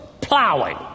plowing